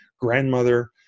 grandmother